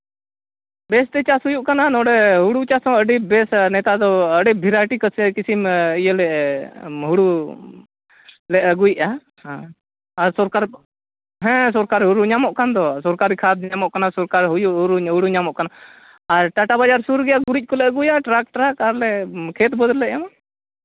ᱵᱮᱥ ᱛᱮ ᱪᱟᱥ ᱦᱩᱭᱩᱜ ᱠᱟᱱᱟ ᱱᱚᱰᱮ ᱦᱩᱲᱩ ᱪᱟᱥ ᱦᱚᱸ ᱟᱹᱰᱤ ᱵᱮᱥ ᱱᱮᱛᱟᱨ ᱫᱚ ᱟᱹᱰᱤ ᱵᱷᱮᱨᱟᱭᱴᱤ ᱠᱚᱥᱮᱡ ᱤᱭᱟᱹᱞᱮ ᱦᱩᱲᱩ ᱞᱮ ᱟᱹᱜᱩᱭᱮᱫᱼᱟ ᱟᱨ ᱥᱚᱨᱠᱟᱨ ᱦᱮᱸ ᱥᱚᱨᱠᱟᱨ ᱜᱚᱲᱚ ᱧᱟᱢᱚᱜ ᱠᱟᱱ ᱫᱚ ᱥᱚᱨᱠᱟᱨᱤ ᱠᱷᱟᱫ ᱧᱟᱢᱚᱜ ᱠᱟᱱᱟ ᱥᱚᱨᱠᱟᱨᱤ ᱦᱩᱲᱩ ᱧᱟᱢᱚᱜ ᱠᱟᱱᱟ ᱴᱟᱴᱟ ᱵᱟᱡᱟᱨ ᱥᱩᱨ ᱜᱮᱭᱟ ᱜᱩᱨᱤᱡ ᱠᱚᱞᱮ ᱟᱹᱜᱩᱭᱟ ᱴᱨᱟᱠ ᱴᱨᱟᱠ ᱟᱨᱞᱮ ᱠᱷᱮᱛ ᱵᱟᱹᱫᱽ ᱨᱮᱞᱮ ᱮᱢᱼᱟ